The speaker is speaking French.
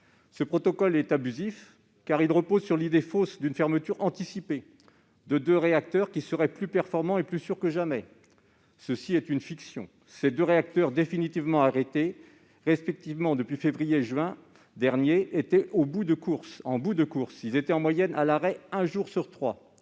Ce protocole est abusif, car il repose sur l'idée fausse d'une fermeture anticipée de deux réacteurs qui seraient plus performants et plus sûrs que jamais. C'est une fiction ! Ces deux réacteurs définitivement arrêtés, respectivement depuis février et juin, étaient en bout de course et ne fonctionnaient, en moyenne, qu'un jour sur trois.